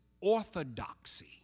orthodoxy